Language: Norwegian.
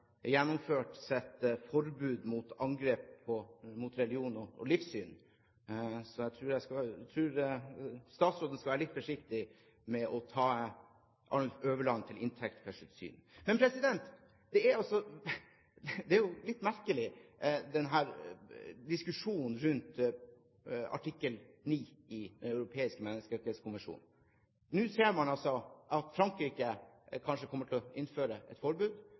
sitt forbud mot angrep på religion og livssyn, så jeg tror statsråden skal være litt forsiktig med å ta Arnulf Øverland til inntekt for sitt syn. Men den er jo litt merkelig, denne diskusjonen rundt artikkel 9 i Den europeiske menneskerettskonvensjon. Nå ser man altså at Frankrike kanskje kommer til å innføre et forbud,